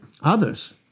Others